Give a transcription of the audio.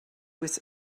with